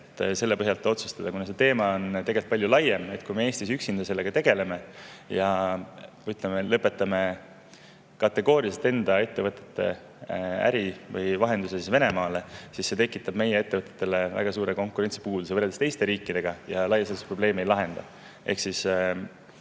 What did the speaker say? et selle põhjalt otsustada. See teema on tegelikult palju laiem, [ei piisa,] kui me Eestis üksinda sellega tegeleme ja lõpetame kategooriliselt enda ettevõtete äri või vahenduse Venemaale. See tekitaks meie ettevõtetele väga suure konkurentsi[takistuse] võrreldes teiste riikidega ja laias laastus probleemi ei lahendaks.